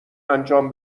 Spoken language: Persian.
انجام